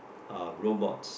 uh robots